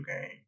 game